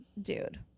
Dude